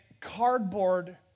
cardboard